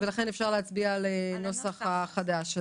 לכן אפשר להצביע על הנוסח החדש.